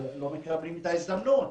אבל לא מקבלים את ההזדמנות.